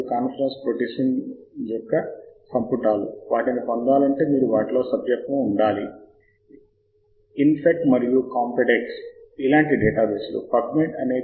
కాబట్టి మీరు ఎంచుకున్న అంశాల సంఖ్యతో దీన్ని మీరు చూడాలి నా విషయంలో నేను ఉదాహరణ కోసం 12 అంశాలను మాత్రమే ఎంచుకున్నారు